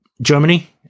Germany